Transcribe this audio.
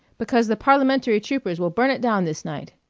because the parliamentary troopers will burn it down this night.